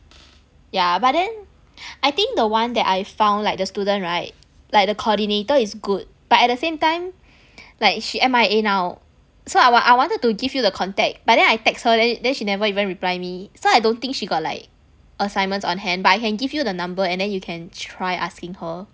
yeah but then I think the one that I found like the student right like the coordinator is good but at the same time like she M_I_A now so I want I wanted to give you the contact but then I text her the~ then she never even reply me so I don't think she got like assignments on hand by hand but I can give you the number and then you can try asking her